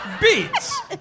beats